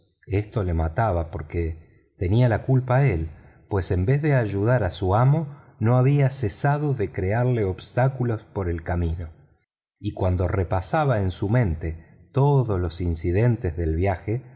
esto lo mataba porque tenía la culpa él pues en vez de ayudar a su amo no había cesado de crearle obstáculos por el camino y cuando repasaba en su mente todos los incidentes del viaje